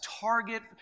target